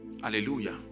Hallelujah